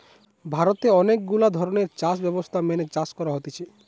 ভারতে অনেক গুলা ধরণের চাষ ব্যবস্থা মেনে চাষ করা হতিছে